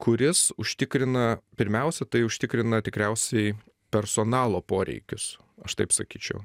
kuris užtikrina pirmiausia tai užtikrina tikriausiai personalo poreikius aš taip sakyčiau